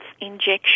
injection